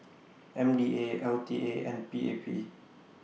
M D A L T A and P A P